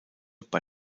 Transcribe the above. bei